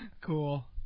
Cool